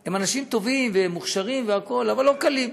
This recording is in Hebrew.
הם אנשים טובים ומוכשרים והכול, אבל לא קלים.